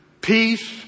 peace